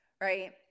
right